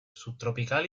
subtropical